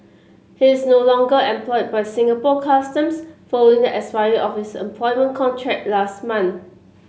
he is no longer employed by Singapore Customs following the expiry of his employment contract last month